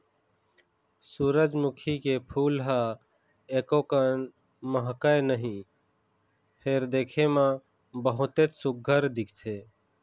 सूरजमुखी के फूल ह एकोकन महकय नहि फेर दिखे म बहुतेच सुग्घर दिखथे